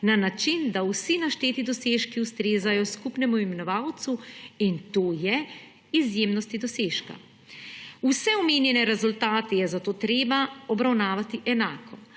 na način, da vsi našteti dosežki ustrezajo skupnemu imenovalcu; in to je izjemnosti dosežka. Vse omenjene rezultate je zato treba obravnavati enako.